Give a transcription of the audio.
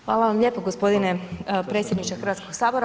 Hvala vam lijepo gospodine predsjedniče Hrvatskog sabora.